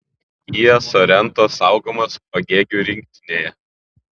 kia sorento saugomas pagėgių rinktinėje